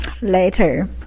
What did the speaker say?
Later